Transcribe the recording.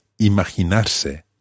imaginarse